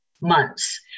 months